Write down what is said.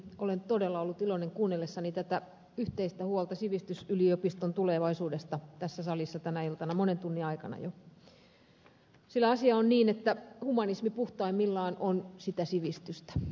olen todella ollut iloinen kuunnellessani yhteistä huolta sivistysyliopiston tulevaisuudesta tässä salissa tänä iltana monen tunnin aikana jo sillä asia on niin että humanismi puhtaimmillaan on sitä sivistystä